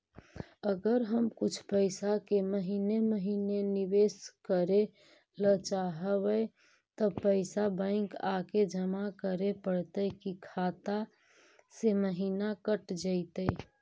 अगर हम कुछ पैसा के महिने महिने निबेस करे ल चाहबइ तब पैसा बैक आके जमा करे पड़तै कि खाता से महिना कट जितै?